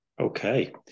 Okay